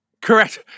Correct